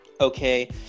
okay